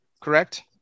correct